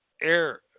air